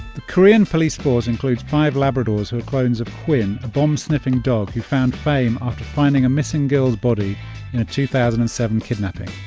the korean police force includes five labradors who are clones of quinn, a bomb-sniffing dog who found fame after finding a missing girl's body in a two thousand and seven kidnapping